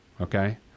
okay